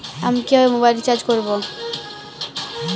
আমি কিভাবে mobile recharge করব?